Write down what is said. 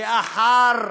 לאחר